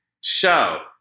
show